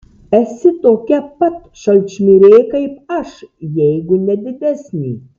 esi tokia pat šalčmirė kaip aš jeigu ne didesnė